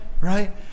right